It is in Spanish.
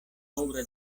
obra